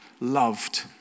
loved